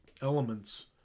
elements